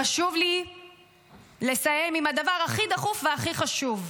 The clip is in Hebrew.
חשוב לי לסיים עם הדבר הכי דחוף והכי חשוב: